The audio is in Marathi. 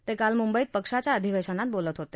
ते काल मुंबईत पक्षाच्या अधिवेशनात बोलत होते